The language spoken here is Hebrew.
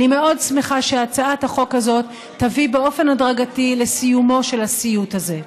אני מאוד שמחה שהצעת החוק הזאת תביא באופן הדרגתי לסיומו של הסיוט הזה.